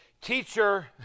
Teacher